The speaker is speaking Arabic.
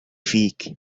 فيك